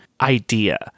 idea